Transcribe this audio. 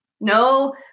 no